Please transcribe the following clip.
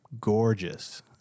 gorgeous